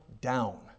down